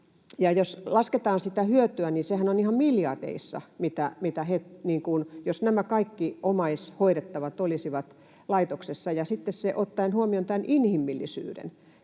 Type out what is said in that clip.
Jos lasketaan sitä hyötyä, niin sehän on ihan miljardeissa verrattuna siihen, jos nämä kaikki omaishoidettavat olisivat laitoksessa. Ja ottaen huomioon tämän inhimillisyyden,